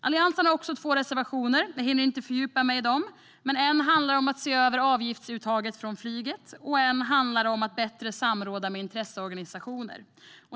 Alliansen har två reservationer. Jag hinner inte fördjupa mig i dem, men en handlar om att se över avgiftsuttaget från flyget och en handlar om att bättre samråda med intresseorganisationer.